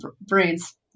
brains